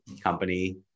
company